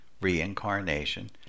reincarnation